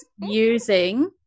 using